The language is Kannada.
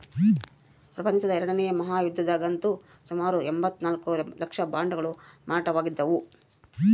ಪ್ರಪಂಚದ ಎರಡನೇ ಮಹಾಯುದ್ಧದಗಂತೂ ಸುಮಾರು ಎಂಭತ್ತ ನಾಲ್ಕು ಲಕ್ಷ ಬಾಂಡುಗಳು ಮಾರಾಟವಾಗಿದ್ದವು